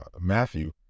Matthew